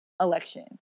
election